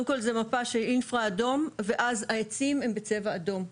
זו מפה של אינפרא-אדום ואז העצים הם בצבע אדום.